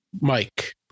Mike